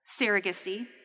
surrogacy